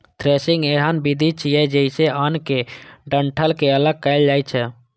threshing एहन विधि छियै, जइसे अन्न कें डंठल सं अगल कैल जाए छै